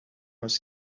was